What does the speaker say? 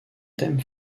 thème